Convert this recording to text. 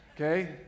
okay